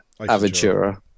Aventura